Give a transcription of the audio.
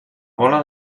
gola